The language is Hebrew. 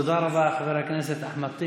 תודה רבה, חבר הכנסת אחמד טיבי.